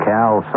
Cal